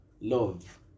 love